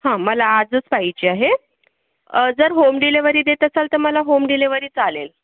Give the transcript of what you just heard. हा मला आजच पाहिजे आहे जर होम डिलेव्हरी देत असाल तर मला होम डिलेव्हरी चालेल